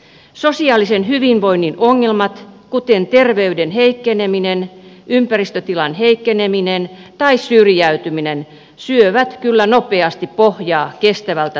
sosiaalisen hyvinvoinnin ongelmat kuten terveyden heikkeneminen ympäristötilan heikkeneminen tai syrjäytyminen syövät kyllä nopeasti pohjaa kestävältä talouskasvulta